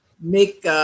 make